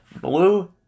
Blue